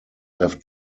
left